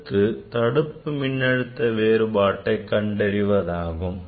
அடுத்து தடுப்பு மின்னழுத்த வேறுபாட்டை கண்டறிவதாகும்